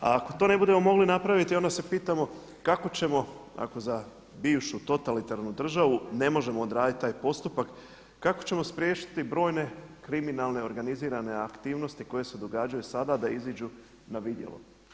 A ako to ne budemo mogli napraviti onda se pitamo kako ćemo ako za bivšu totalitarnu državu ne možemo odraditi taj postupak, kako ćemo spriječiti brojne kriminalne organizirane aktivnosti koje se događaju sada da iziđu na vidjelo.